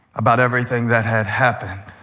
about everything that had happened,